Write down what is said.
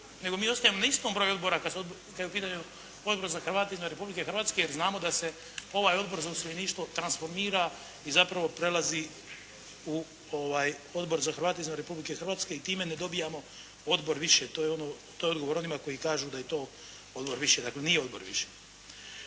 nego mi ostajemo na istom broju odbora kada je u pitanju Odbor za Hrvate izvan Republike Hrvatske jer znamo da se ovaj Odbor za useljeništvo transformira i zapravo prelazi u Odbor za Hrvate izvan Republike Hrvatske i time ne dobijamo odbor više. To je odgovor onima koji kažu da je to odbor više. Dakle nije odbor više.